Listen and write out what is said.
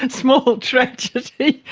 and small tragedy.